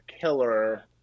killer